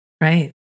right